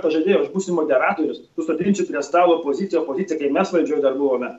pažadėjo aš būsiu moderatorius susodinsiu prie stalo poziciją opoziciją kai mes valdžioj dar buvome